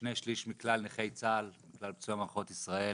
שני שליש מכלל נכי צה"ל, מכלל פצועי מערכות ישראל